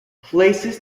places